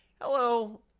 hello